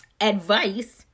advice